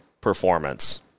performance